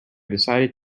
decided